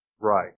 Right